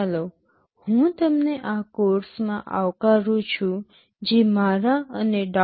ચાલો હું તમને આ કોર્ષમાં આવકારું છું જે મારા અને ડો